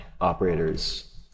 operators